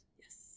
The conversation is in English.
Yes